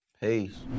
Peace